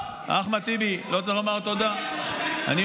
תודה רבה על האופציה,